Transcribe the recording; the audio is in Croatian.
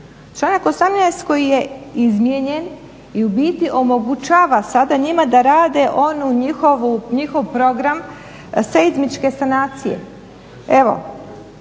Članak 18. koji je izmijenjen i u biti omogućava sada njima da rade onaj njihov program seizmičke sanacije.